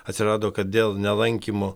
atsirado kad dėl nelankymo